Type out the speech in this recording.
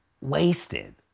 wasted